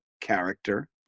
character